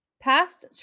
Past